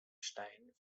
stein